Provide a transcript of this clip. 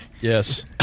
Yes